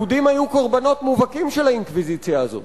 יהודים היו קורבנות מובהקים של האינקוויזיציה הזאת.